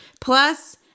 Plus